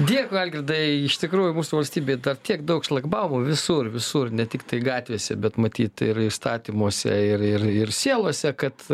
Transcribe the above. dėkui algirdai iš tikrųjų mūsų valstybėj dar tiek daug šlagbaumų visur visur ne tiktai gatvėse bet matyt ir įstatymuose ir ir ir sielose kad